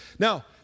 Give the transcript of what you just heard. Now